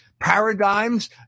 Paradigms